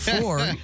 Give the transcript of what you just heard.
Four